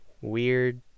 weird